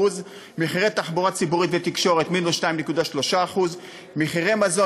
מחירי תחבורה ציבורית ותקשורת: מינוס 2.3%; מחירי מזון,